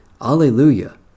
Alleluia